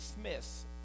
smiths